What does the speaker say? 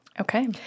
Okay